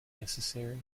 necessary